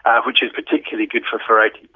um which is particularly good for farauti.